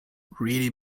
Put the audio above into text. really